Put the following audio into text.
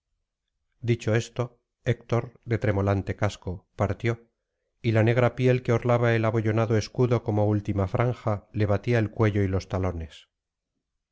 dicho esto héctor de tremolante casco partió y la negra piel que orlaba el abollonado escudo como última franja le batía el cuello y los talonea